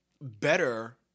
better